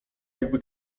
jakby